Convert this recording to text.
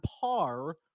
par